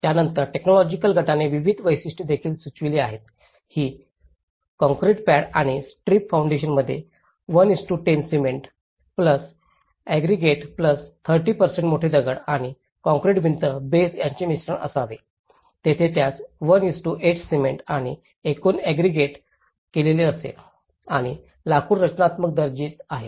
त्यानंतर टेक्नॉलॉजिकल गटाने विविध वैशिष्ट्ये देखील सुचविली आहेत की कंक्रीट पॅड आणि स्ट्रिप फाउंडेशनमध्ये 110 सिमेंट अग्रेगेट 30 मोठे दगड आणि काँक्रीट भिंत बेस यांचे मिश्रण असावे जिथे त्यात 1 8 सिमेंट आणि एकूण अग्रेगेट केलेले असेल आणि लाकूड रचनात्मक दर्जे आहेत